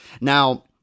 Now